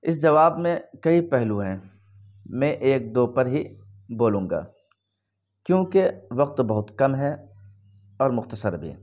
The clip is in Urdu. اس جواب میں کئی پہلو ہیں میں ایک دو پر ہی بولوں گا کیونکہ وقت بہت کم ہے اور مختصر بھی